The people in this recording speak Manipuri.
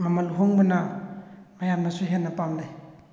ꯃꯃꯜ ꯍꯣꯡꯕꯅ ꯃꯌꯥꯝꯅꯁꯨ ꯍꯦꯟꯅ ꯄꯥꯝꯅꯩ